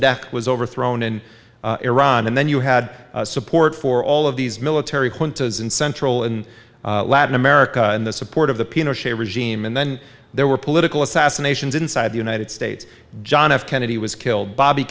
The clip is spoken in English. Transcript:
death was overthrown in iran and then you had support for all of these military juntas in central in latin america and the support of the pinochet regime and then there were political assassinations inside the united states john f kennedy was killed bobby